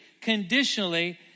conditionally